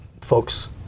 folks